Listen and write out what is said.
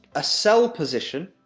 a sell position.